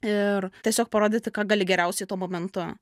ir tiesiog parodyti ką gali geriausiai tuo momentu